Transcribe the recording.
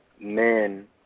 men